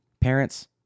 Parents